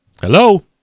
Hello